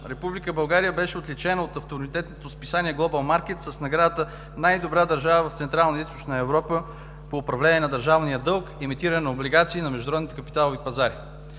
Република България беше отличена от авторитетното списание „Глобъл Маркет“ с наградата „Най-добра държава в Централна и Източна Европа по управление на държавния дълг/Емитиране на облигации на международните капиталови пазари“.